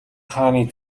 хааны